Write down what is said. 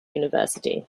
university